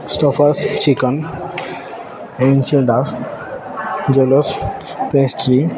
Stouffer's chicken enchiladas jellos pastry